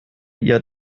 ihr